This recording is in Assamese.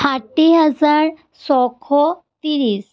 ষাঠি হাজাৰ ছশ ত্ৰিছ